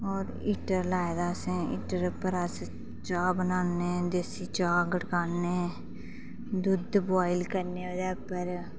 और हीटर लाए दा असें हीटर उप्पर चा बनान्ने देसी चाह् गड़काने दुद्ध बोआयल करने ओह्दे उप्पर